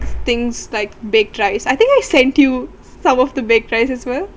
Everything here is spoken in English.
things like baked rice I think I send you some of the baked rice as well